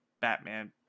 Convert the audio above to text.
Batman